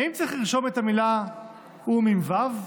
האם צריך לרשום את המילה "אום" עם וי"ו,